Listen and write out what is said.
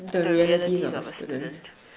the realities of a student